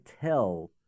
tell